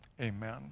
Amen